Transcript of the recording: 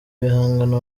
ibihangano